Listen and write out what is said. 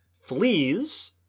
Fleas